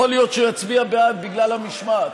יכול להיות שהוא יצביע בעד בגלל המשמעת,